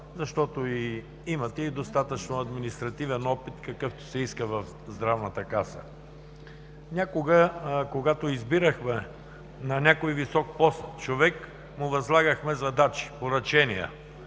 защото имате и достатъчно административен опит, какъвто се иска в Здравната каса. Някога, когато избирахме някого на висок пост, му възлагахме задача, поръчение.